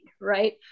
right